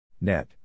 Net